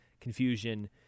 confusion